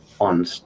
on